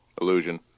Illusion